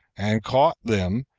and caught them,